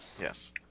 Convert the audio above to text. Yes